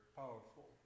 powerful